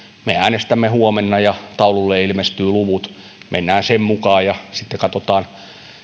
me äänestämme huomenna ja taululle ilmestyvät luvut mennään sen mukaan ja sitten katsotaan